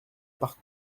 par